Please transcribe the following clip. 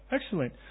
excellent